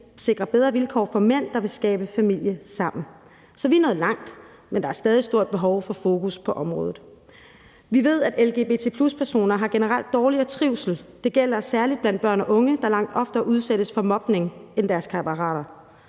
sikrer bedre vilkår for mænd, der vil skabe familie sammen. Så vi er nået langt, men der er stadig et stort behov for fokus på området. Vi ved, at lgbt+-personer generelt har dårligere trivsel. Det gælder særlig blandt børn og unge, der langt oftere udsættes for mobning end deres kammerater.